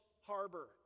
Harbor